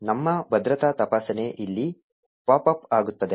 ನಮ್ಮ ಭದ್ರತಾ ತಪಾಸಣೆ ಇಲ್ಲಿ ಪಾಪ್ ಅಪ್ ಆಗುತ್ತದೆ